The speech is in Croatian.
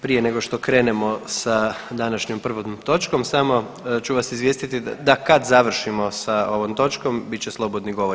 Prije nego što krenemo sa današnjom prvom točkom samo ću vas izvijestiti da kad završimo s ovom točkom bit će slobodni govori.